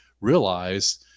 realize